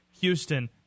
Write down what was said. houston